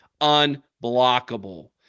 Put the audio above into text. Unblockable